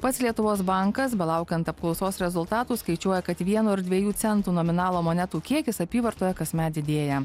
pats lietuvos bankas belaukiant apklausos rezultatų skaičiuoja kad vieno ir dviejų centų nominalo monetų kiekis apyvartoje kasmet didėja